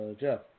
Jeff